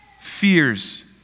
fears